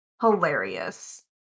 hilarious